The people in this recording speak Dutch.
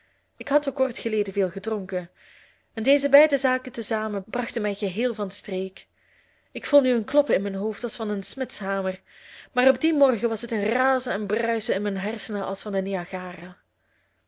ik had ook kort geleden veel gedronken en deze beide zaken te zamen brachten mij geheel van streek ik voel nu een kloppen in mijn hoofd als van een smidshamer maar op dien morgen was het een razen en bruisen in mijn hersenen als van